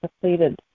completed